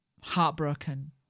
heartbroken